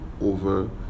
over